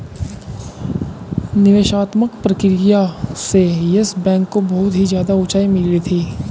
निवेशात्मक प्रक्रिया से येस बैंक को बहुत ही ज्यादा उंचाई मिली थी